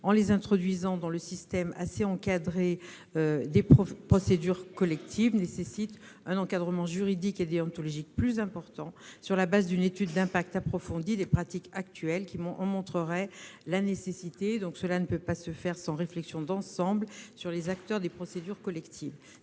en les introduisant dans le système assez encadré des procédures collectives nécessite un encadrement juridique et déontologique plus important, sur la base d'une étude d'impact approfondie des pratiques actuelles qui en montrerait la nécessité. Cela ne peut pas se faire sans réflexion d'ensemble sur les acteurs des procédures collectives.